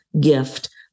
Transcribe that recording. gift